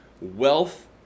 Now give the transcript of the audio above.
wealth